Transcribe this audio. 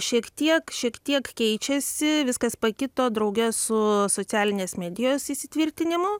šiek tiek šiek tiek keičiasi viskas pakito drauge su socialinės medijos įsitvirtinimu